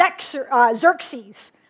Xerxes